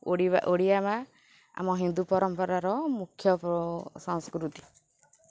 ଓଡ଼ିଆ ଓଡ଼ିଆ ବା ଆମ ହିନ୍ଦୁ ପରମ୍ପରାର ମୁଖ୍ୟ ସଂସ୍କୃତି